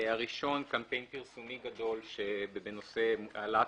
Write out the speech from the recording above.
הראשון: קמפיין פרסומי גדול בנושא העלאת